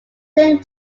think